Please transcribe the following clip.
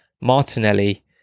Martinelli